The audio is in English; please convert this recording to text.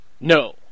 No